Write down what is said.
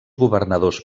governadors